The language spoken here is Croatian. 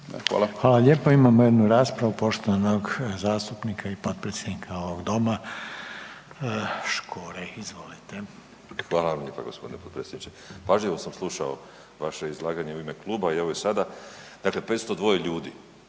(HDZ)** Hvala lijepa. Imamo jednu raspravu poštovanog zastupnika i potpredsjednika ovog doma Škore, izvolite. **Škoro, Miroslav (DP)** Hvala vam lijepa g. potpredsjedniče. Pažljivo sam slušao vaše izlaganje u ime kluba, evo i sada. Dakle, 502 ljudi.